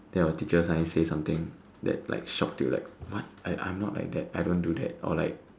then your teacher suddenly said something that shocked you like what I'm not like that I didn't do that like